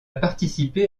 participé